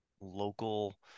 local